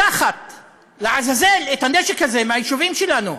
לקחת, לעזאזל, את הנשק הזה מהיישובים שלנו,